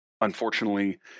Unfortunately